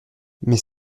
mais